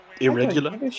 irregular